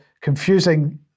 confusing